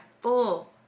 full